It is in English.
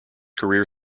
career